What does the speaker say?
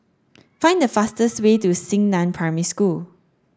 find the fastest way to Xingnan Primary School